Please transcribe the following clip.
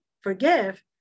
forgive